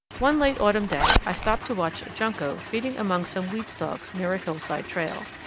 one late autumn day i stopped to watch a junco feeding among some weed stalks near a hillside trail.